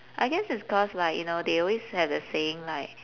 I guess it's cause like you know they always have a saying like